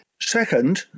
Second